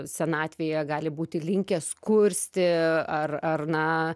senatvėje gali būti linkę skursti ar ar na